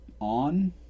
on